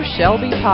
Shelby